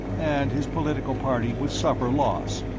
and his political party would suffer loss,